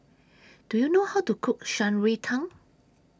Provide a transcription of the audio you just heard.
Do YOU know How to Cook Shan Rui Tang